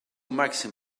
màxim